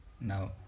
now